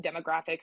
demographics